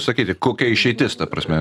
sakyti kokia išeitis ta prasme